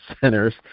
centers